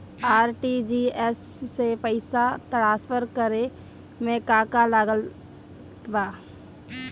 RTGS से पईसा transfer करे मे का का लागत बा?